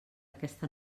aquesta